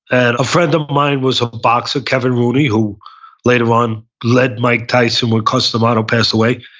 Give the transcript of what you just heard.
and a friend of mine was a boxer, kevin rooney, who later on led mike tyson, when cus d'amato passed away,